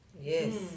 Yes